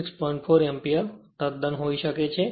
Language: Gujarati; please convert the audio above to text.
4 એમ્પીયરતદ્દન હાઇ હોય છે